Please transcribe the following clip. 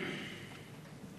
אהרונוביץ.